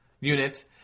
unit